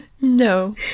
No